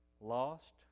lost